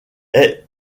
est